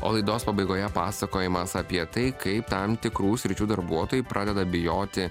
o laidos pabaigoje pasakojimas apie tai kaip tam tikrų sričių darbuotojai pradeda bijoti